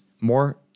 More